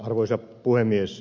arvoisa puhemies